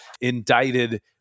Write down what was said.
indicted